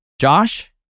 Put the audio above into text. Josh